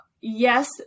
yes